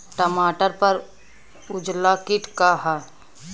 टमाटर पर उजला किट का है?